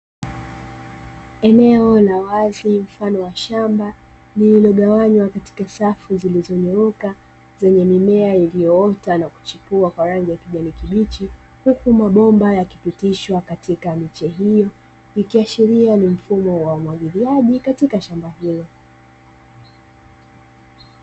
Eneo la wazi mfano wa shamba lililogawanywa katika safu zilizonyooka, zenye mimea iliyoota na kuchipua kwa rangi ya kijani kibichi, huku mabomba yakipitishwa katika miche hiyo, ikiashiria ni mfumo wa umwagiliaji katika shamba hilo.